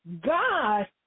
God